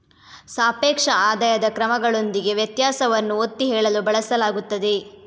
ಸಾಪೇಕ್ಷ ಆದಾಯದ ಕ್ರಮಗಳೊಂದಿಗೆ ವ್ಯತ್ಯಾಸವನ್ನು ಒತ್ತಿ ಹೇಳಲು ಬಳಸಲಾಗುತ್ತದೆ